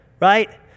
right